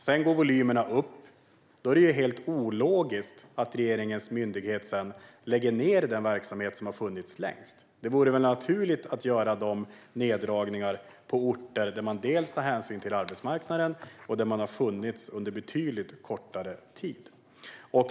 Sedan går volymerna upp, och då är det helt ologiskt att regeringens myndighet lägger ned den verksamhet som har funnits längst. Det vore väl naturligt att göra de neddragningarna på orter där man dels tar hänsyn till arbetsmarknaden, dels har funnits under betydligt kortare tid.